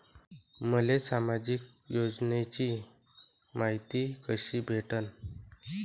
मले सामाजिक योजनेची मायती कशी भेटन?